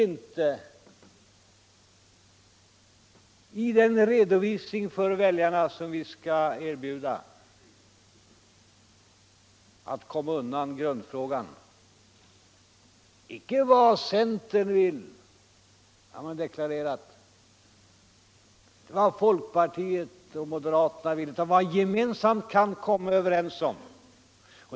I den redovisning vi skall erbjuda väljarna går det inte att komma undan grundfrågan — icke vad centern vill, det har den deklarerat, icke vad folkpartiet och moderaterna vill utan vad man gemensamt kan komma överens om.